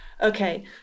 Okay